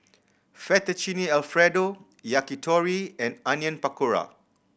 Fettuccine Alfredo Yakitori and Onion Pakora